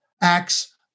acts